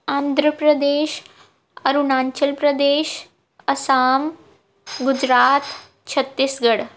Andhra Pradesh Arunachal Pradesh Assam Gujarat Chhattisgarh